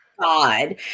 God